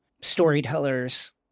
storytellers